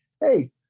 Hey